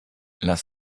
lass